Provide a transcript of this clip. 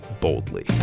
boldly